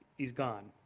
he's gone.